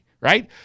right